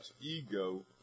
ego